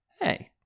hey